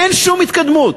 אין שום התקדמות.